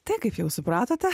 tai kaip jau supratote